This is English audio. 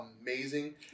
amazing